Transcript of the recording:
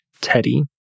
Teddy